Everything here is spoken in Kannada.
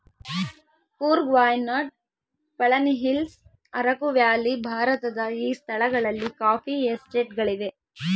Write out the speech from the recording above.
ಕೂರ್ಗ್ ವಾಯ್ನಾಡ್ ಪಳನಿಹಿಲ್ಲ್ಸ್ ಅರಕು ವ್ಯಾಲಿ ಭಾರತದ ಈ ಸ್ಥಳಗಳಲ್ಲಿ ಕಾಫಿ ಎಸ್ಟೇಟ್ ಗಳಿವೆ